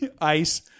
Ice